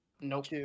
Nope